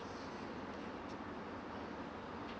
mm